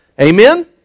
amen